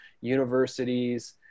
universities